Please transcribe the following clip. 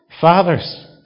Fathers